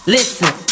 Listen